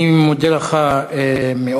אני מודה לך מאוד.